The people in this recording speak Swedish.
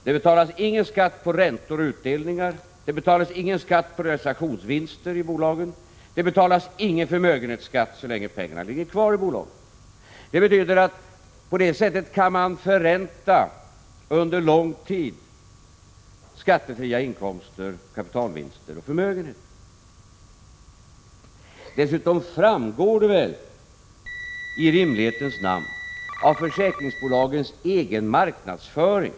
Det betalas ingen skatt på räntor och utdelningar, på realisationsvinster i bolagen och ingen förmögenhetsskatt så länge pengarna ligger kvar i bolagen. Det betyder att man på detta sätt under lång tid kan förränta skattefria inkomster, kapitalvinster och förmögenheter. Dessutom framgår detta, i rimlighetens namn, av försäkringsbolagens egen marknadsföring.